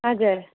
हजुर